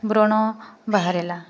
ବ୍ରଣ ବାହାରିଲା